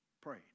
prayed